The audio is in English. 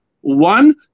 one